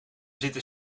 zitten